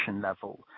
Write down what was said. level